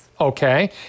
Okay